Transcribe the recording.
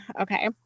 Okay